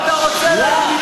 ככה אתה רוצה להיבחר?